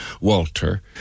walter